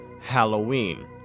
Halloween